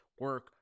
Work